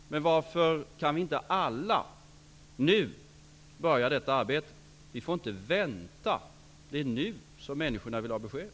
Varför kan vi inte alla nu börja detta arbete? Vi får inte vänta. Det är nu som människorna vill ha besked.